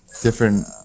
different